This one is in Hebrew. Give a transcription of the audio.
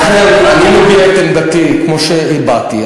לכן, אני מביע את עמדתי כמו שהבעתי.